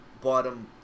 bottom